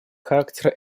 характер